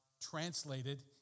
translated